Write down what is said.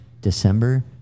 December